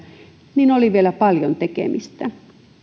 niin oli vielä paljon tekemistä